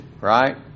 right